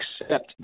accept